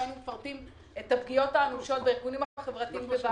את הפגיעות האנושות בארגונים החברתיים.